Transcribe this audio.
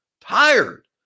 tired